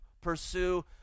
pursue